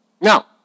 Now